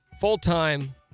full-time